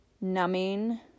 numbing